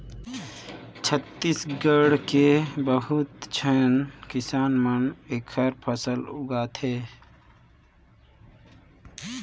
छत्तीसगढ़ के बहुत झेन किसान मन एखर फसल उगात हे